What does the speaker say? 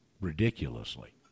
ridiculously